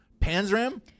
Panzram